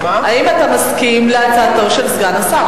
האם אתה מסכים להצעתו של סגן השר?